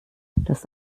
das